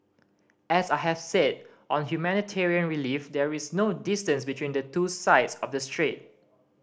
as I have said on humanitarian relief there is no distance between the two sides of the strait